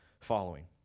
following